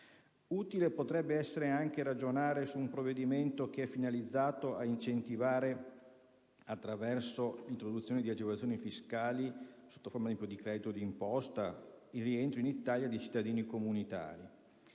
Potrebbe anche essere utile ragionare su un provvedimento finalizzato ad incentivare, attraverso l'introduzione di agevolazioni fiscali, sotto forma ad esempio di credito d'imposta, il rientro in Italia di cittadini comunitari.